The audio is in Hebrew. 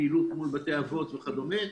פעילות מול בתי אבות וכדומה.